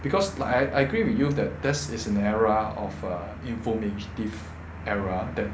because like I I agree with you that this is an era of uh informative era that